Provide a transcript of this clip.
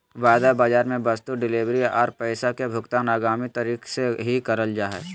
वायदा बाजार मे वस्तु डिलीवरी आर पैसा के भुगतान आगामी तारीख के ही करल जा हय